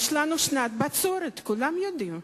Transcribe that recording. יש לנו שנת בצורת, כולם יודעים.